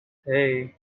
hey